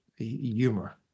humor